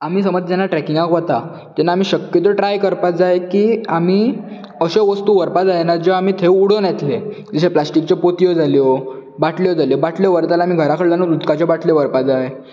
आमी समज जेन्ना ट्रेकींगाक वता तेन्ना शक्यतो ट्राय करपाक जाय की आमी अश्यो वस्तू व्हरपाक जायना ज्यो आमी थंय उडोवन येतले जशें प्लास्टीकच्यो पोतयो जाल्यो बाटल्यो जाल्यो बाटल्यो व्हरतल्यांनी घरा कडल्यान उदकाच्यो बाटल्यो व्हरपाक जाय